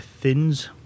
thins